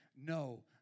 No